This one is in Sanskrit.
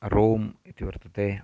रोम् इति वर्तते